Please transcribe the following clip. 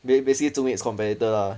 they basically zu ming's competitor lah